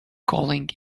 calling